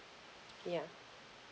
yeah